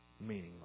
meaningless